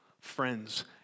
friends